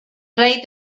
play